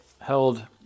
held